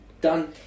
Done